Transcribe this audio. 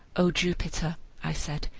o jupiter i said,